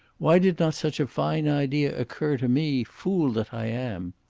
why did not such a fine idea occur to me, fool that i am!